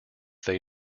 they